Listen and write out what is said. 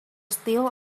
steel